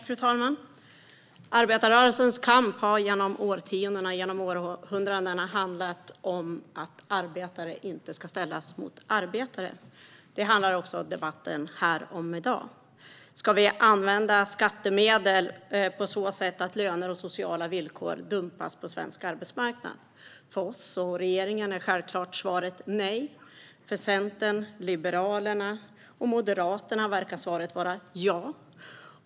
Fru talman! Arbetarrörelsens kamp har genom årtiondena och århundradena handlat om att arbetare inte ska ställas mot arbetare. Det handlar också den här debatten om i dag. Ska vi använda skattemedel på ett sådant sätt att löner och sociala villkor dumpas på svensk arbetsmarknad? För oss och regeringen är svaret självklart nej. För Centern, Liberalerna och Moderaterna verkar svaret vara ja.